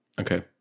Okay